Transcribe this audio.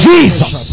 Jesus